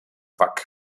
vak